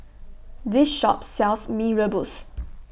This Shop sells Mee Rebus